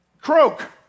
croak